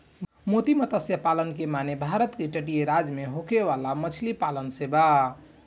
मोती मतस्य पालन के माने भारत के तटीय राज्य में होखे वाला मछली पालन से बा